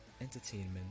entertainment